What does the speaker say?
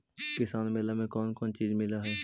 किसान मेला मे कोन कोन चिज मिलै है?